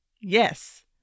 Yes